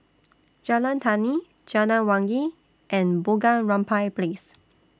Jalan Tani Jalan Wangi and Bunga Rampai Place